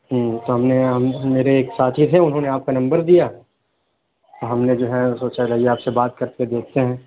ہوں تو ہم نے ہم میرے ایک ساتھی تھے انہوں نے آپ کا نمبر دیا تو ہم نے جو ہے سوچا لائیے آپ سے بات کر کے دیکھتے ہیں